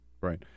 Right